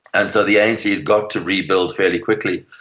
and so the anc has got to rebuild fairly quickly.